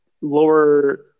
lower